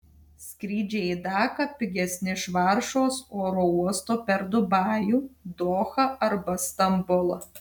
skrydžiai į daką pigesni iš varšuvos oro uosto per dubajų dohą arba stambulą